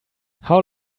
how